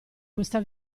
questa